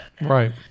Right